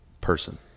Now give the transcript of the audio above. person